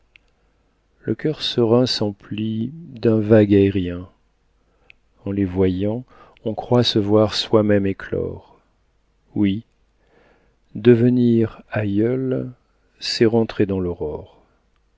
le cœur serein s'emplit d'un vague aérien en les voyant on croit se voir soi-même éclore oui devenir aïeul c'est rentrer dans l'aurore